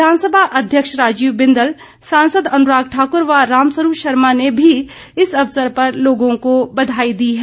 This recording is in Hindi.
विधानसभा अध्यक्ष राजीव बिंदल सांसद अनुराग ठाकुर व राम स्वरूप शर्मा ने भी इस अवसर पर लोगों को बघाई दी है